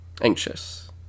anxious